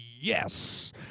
Yes